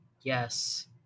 Yes